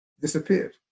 disappeared